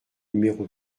numéro